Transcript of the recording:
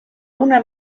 una